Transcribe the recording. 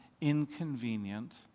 inconvenient